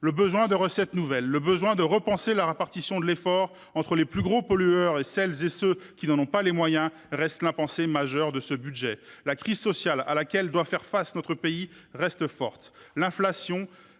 Le besoin de recettes nouvelles et celui de repenser la répartition de l’effort entre les plus gros pollueurs et ceux qui n’en ont pas les moyens reste l’impensé majeur de ce projet de budget. La crise sociale à laquelle doit faire face notre pays reste forte. L’inflation